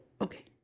Okay